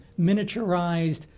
miniaturized